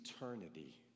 eternity